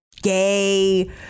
Gay